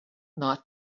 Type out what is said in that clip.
not